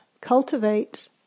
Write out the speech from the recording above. cultivate